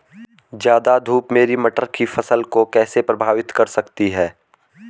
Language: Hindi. ज़्यादा धूप मेरी मटर की फसल को कैसे प्रभावित कर सकती है?